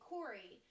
Corey